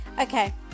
Okay